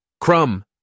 Crumb